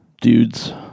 Dudes